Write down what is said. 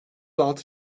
altı